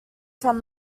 from